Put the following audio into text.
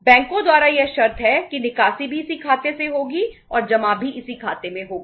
बैंकों द्वारा यह शर्त है कि निकासी भी इसी खाते से होगी और जमा भी इसी खाते में होगा